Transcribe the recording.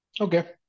Okay